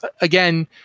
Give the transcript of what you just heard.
Again